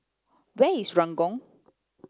where is Ranggung